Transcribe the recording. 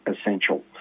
essential